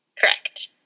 Correct